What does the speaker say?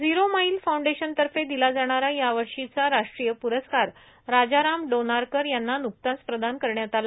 zero mile फाउंडेशनतर्फे दिला जाणारा यावर्षीचा राष्ट्रीय प्रस्कार राजाराम डोनारकर यांना न्कताच प्रदान करण्यात आला